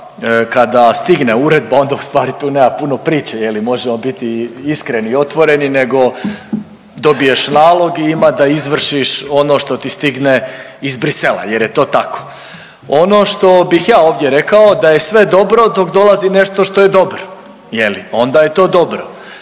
kada stigne uredba onda ustvari tu nema puno priče, možemo biti iskreni i otvoreni nego dobiješ nalog i ima da izvršiš ono što ti stigne iz Bruxellesa jer je to tako. Ono što bih ja ovdje rekao da je sve dobro dok dolazi nešto što je dobro onda je to dobro,